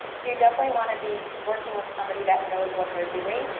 so you definitely wanna be working with somebody that knows what they're doing.